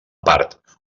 part